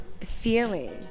feeling